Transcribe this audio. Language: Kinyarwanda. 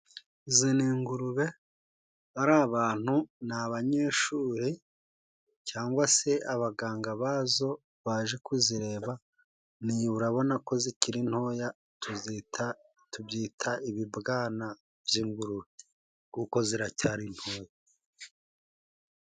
Izi ni ingurube, bariya bantu ni abanyeshuri cyangwa se abaganga ba zo baje kuzireba, ni urabona ko zikiri ntoya tuzita, tubyita ibibwana by'ingurube, kuko ziracyari ntoya.